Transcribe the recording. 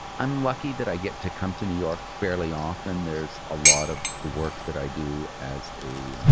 i'm lucky that i get to come to new york fairly often. there's a lot of the work that i do as a